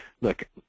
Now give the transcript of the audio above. look